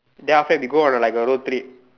then after that we go on like a road trip